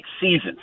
seasons